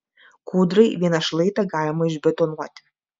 kūdrai vieną šlaitą galima išbetonuoti